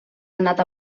anat